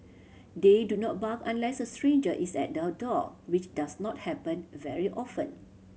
they do not bark unless a stranger is at the door which does not happen very often